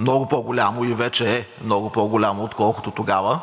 много по-голямо и вече е много по-голямо, отколкото тогава,